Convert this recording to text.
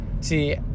see